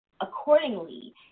accordingly